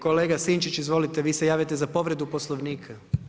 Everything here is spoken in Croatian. Kolega Sinčić, izvolite vi ste javljate za povredu Poslovnika.